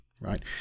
right